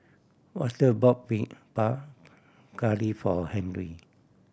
Walter bought Curry for Henry